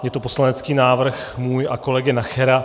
Je to poslanecký návrh můj a kolegy Nachera.